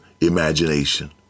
imagination